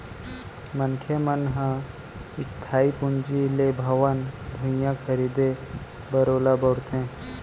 मनखे मन ह इस्थाई पूंजी ले भवन, भुइयाँ खरीदें बर ओला बउरथे